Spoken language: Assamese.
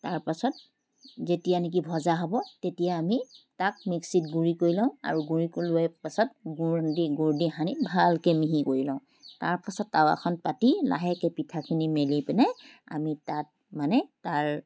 তাৰপাছত যেতিয়া নেকি ভজা হ'ব তেতিয়া আমি তাক মিক্সিত গুড়ি কৰি লওঁ আৰু গুড়ি কৰি লোৱাৰ পাছত গুড় দি গুড় দি সানি ভালকৈ মিহি কৰি লওঁ তাৰপাছত টাৱাখন পাতি লাহেকৈ পিঠাখিনি মেলি পিনে আমি তাত মানে তাৰ